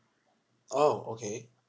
oh okay